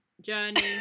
Journey